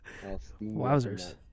Wowzers